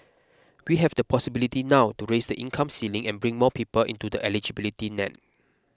we have the possibility now to raise the income ceiling and bring more people into the eligibility net